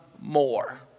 more